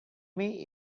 meet